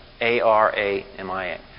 A-R-A-M-I-A